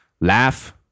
laugh